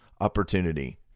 opportunity